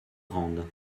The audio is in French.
grandes